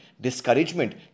discouragement